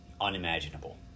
unimaginable